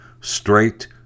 straight